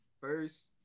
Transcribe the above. first